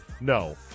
no